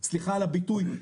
סליחה על הביטוי,